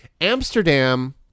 Amsterdam